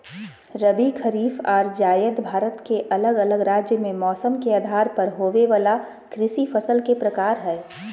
रबी, खरीफ आर जायद भारत के अलग अलग राज्य मे मौसम के आधार पर होवे वला कृषि फसल के प्रकार हय